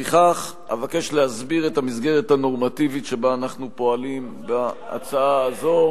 לפיכך אבקש להסביר את המסגרת הנורמטיבית שבה אנחנו פועלים בהצעה הזו.